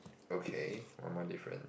okay one more difference